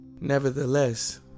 Nevertheless